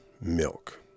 milk